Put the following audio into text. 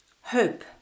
Hope